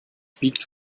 biegt